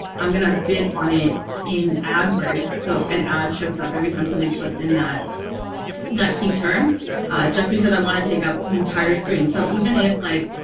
i'm gonna bid on it in adwords so an ad shows up every time somebody puts in that that keyterm just because i want to take up the entire screen so even if, like,